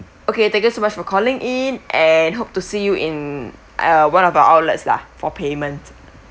okay thank you so much for calling in and hope to see you in uh one of our outlets lah for payment